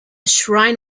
shrine